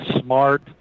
smart